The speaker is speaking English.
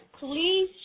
please